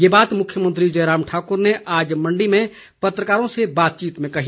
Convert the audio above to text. ये बात मुख्यमंत्री जयराम ठाकुर ने आज मंडी में पत्रकारों से बातचीत में कही